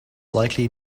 likely